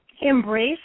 embrace